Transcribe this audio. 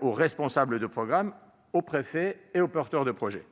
aux responsables de programmes, aux préfets et aux porteurs de projet.